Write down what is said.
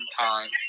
time